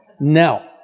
No